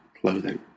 clothing